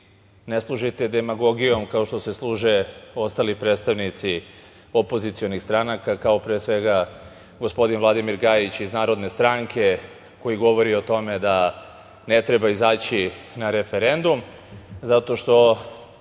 ne služite demagogijom kao što se služe ostali predstavnici opozicionih stranaka, kao pre svega gospodin Vladimir Gajić iz Narodne stranke, koji govori o tome da ne treba izaći na referendum zato što